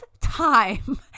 time